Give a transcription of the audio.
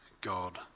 God